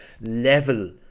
level